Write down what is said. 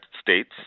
States